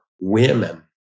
women